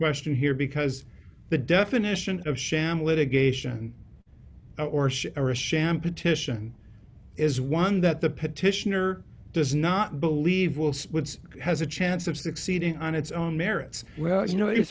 question here because the definition of sham litigation or ship or a sham petition is one that the petitioner does not believe will sports has a chance of succeeding on its own merits well you know i